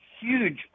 huge